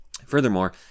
Furthermore